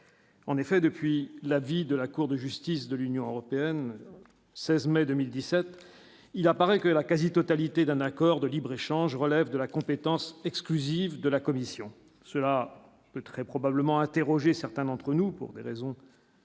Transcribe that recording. En effet, depuis l'avis de la Cour de justice de l'Union européenne 16 mai 2017, il apparaît que la quasi-totalité d'un accord de libre-échange relève de la compétence exclusive de la Commission. Cela très probablement interrogé certains d'entre nous pour des raisons d'ailleurs